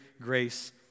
grace